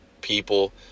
people